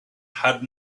had